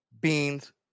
beans